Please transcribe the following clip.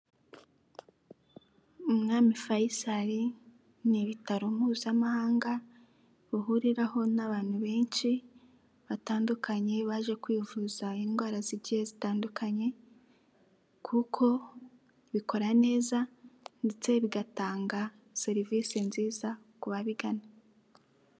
Umwami fayisari ni ibitaro mpuzamahanga bihuriraho n'abantu benshi batandukanye baje kwivuza indwara zigiye zitandukanye kuko bikora neza ndetse bigatanga serivisi nziza ku babigana.